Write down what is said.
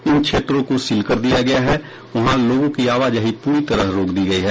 इन क्षेत्रों को सील कर दिया गया वहां लोगों की आवाजाही पूरी तरह रोक दी गयी है